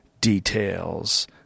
details